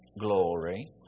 glory